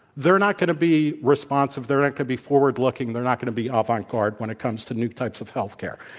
they're not going to be responsive. they're not going to be forward-looking. they're not going to be avant-garde when it comes to new types of healthcare.